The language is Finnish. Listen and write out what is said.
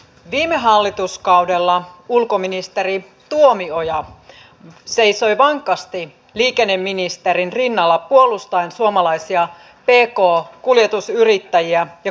viime hallituskaudella ulkoministeri tuomioja seisoi vankasti liikenneministerin rinnalla puolustaen suomalaisia pk kuljetusyrittäjiä ja kuljettajia